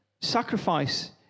sacrifice